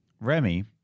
remy